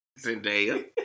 Zendaya